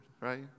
right